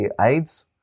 AIDS